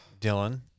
Dylan